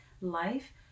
life